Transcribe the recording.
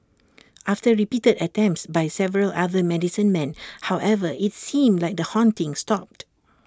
after repeated attempts by several other medicine men however IT seemed like the haunting stopped